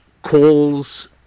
calls